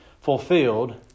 fulfilled